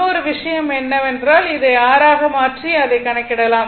இன்னொரு விஷயம் என்னவென்றால் அதை r ஆக மாற்றி அதைக் கணக்கிடலாம்